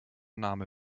name